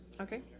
Okay